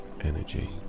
energy